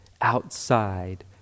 outside